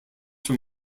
from